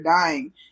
dying